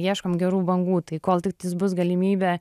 ieškom gerų bangų tai kol tiktais bus galimybė